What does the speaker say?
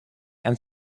and